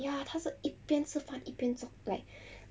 ya 他是一边吃饭一边做 like